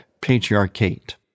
Patriarchate